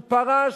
הוא פרש,